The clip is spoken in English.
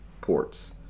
ports